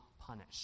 Punish